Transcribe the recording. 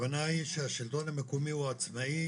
שהשלטון המקומי הוא עצמאי,